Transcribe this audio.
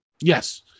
Yes